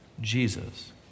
Jesus